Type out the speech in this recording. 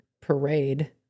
parade